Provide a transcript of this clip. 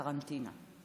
קרנטינה.